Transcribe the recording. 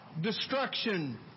destruction